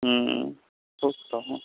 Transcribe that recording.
वो